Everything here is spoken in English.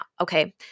okay